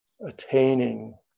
attaining